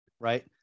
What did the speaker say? right